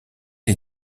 les